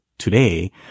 Today